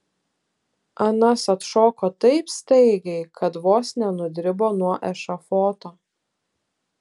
anas atšoko taip staigiai kad vos nenudribo nuo ešafoto